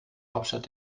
hauptstadt